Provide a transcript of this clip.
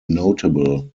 notable